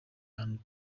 hantu